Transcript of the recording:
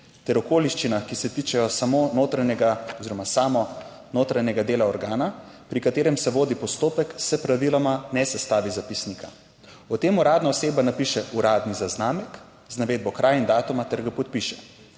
ter okoliščinah, ki se tičejo samo notranjega oziroma samo notranjega dela organa, pri katerem se vodi postopek, se praviloma ne sestavi zapisnika. O tem uradna oseba napiše uradni zaznamek z navedbo kraja in datuma ter ga podpiše.